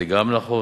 זה גם נכון,